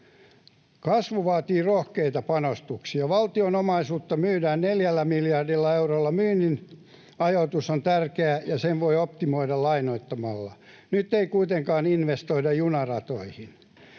Kasvu vaatii rohkeita panostuksia. Valtion omaisuutta myydään neljällä miljardilla eurolla. Myynnin ajoitus on tärkeä, ja sen voi optimoida lainoittamalla. Nyt ei kuitenkaan investoida junaratoihin.